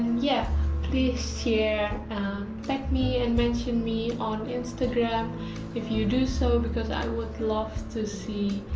yeah please share, tag me and mention me on instagram if you do so because i would love to see